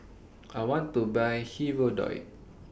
I want to Buy Hirudoid